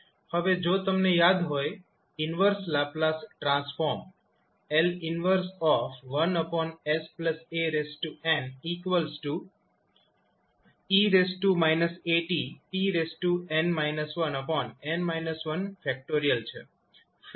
હવે જો તમને યાદ હોય inverse Laplace transform ℒ 11san tn 1 e at